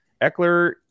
Eckler